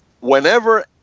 Whenever